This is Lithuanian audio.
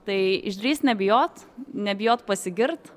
tai išdrįst nebijot nebijot pasigirt